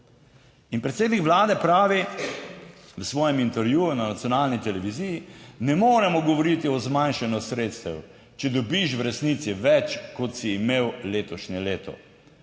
In predsednik vlade pravi v svojem intervjuju na nacionalni televiziji, ne moremo govoriti o zmanjšanju sredstev, če dobiš v resnici več kot si imel letošnje leto,